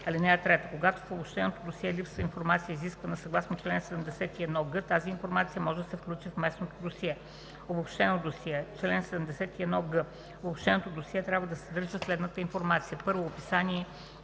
цени. (3) Когато в обобщеното досие липсва информация, изисквана съгласно чл. 71г, тази информация може да се включи в местното досие. Обобщено досие Чл. 71г. Обобщеното досие трябва да съдържа следната информация: 1. описание